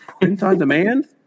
print-on-demand